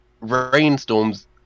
rainstorms